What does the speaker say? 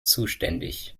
zuständig